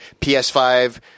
PS5